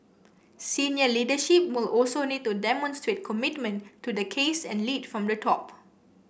senior leadership will also need to demonstrate commitment to the case and lead from the top